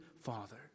father